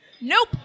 nope